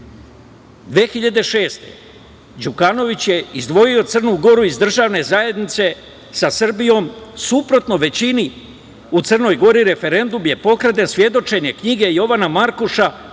godine Đukanović je izdvojio Crnu Goru iz državne zajednice sa Srbijom suprotno većini u Crnoj Gori, referendum je pokraden, svedočenje knjige Jovana Markuša